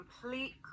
complete